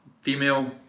female